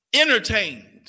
entertained